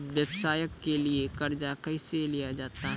व्यवसाय के लिए कर्जा कैसे लिया जाता हैं?